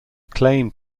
claimed